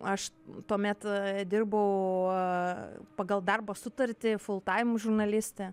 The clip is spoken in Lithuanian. aš tuomet dirbau pagal darbo sutartį full time žurnaliste